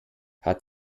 hat